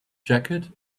jacket